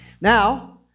Now